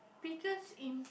biggest im~